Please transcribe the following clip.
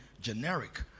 generic